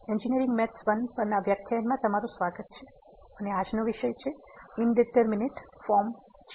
engineering ગણિત 1 પરના વ્યાખ્યાનમાં તમારું સ્વાગત છે અને આજનો વિષય ઇંડીટરમીનેટ ફોર્મ છે